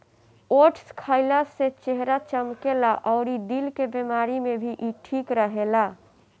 oats खाइला से चेहरा चमकेला अउरी दिल के बेमारी में भी इ ठीक रहेला